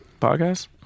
podcast